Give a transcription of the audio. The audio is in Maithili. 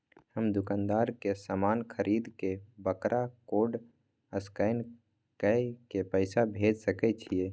हम दुकानदार के समान खरीद के वकरा कोड स्कैन काय के पैसा भेज सके छिए?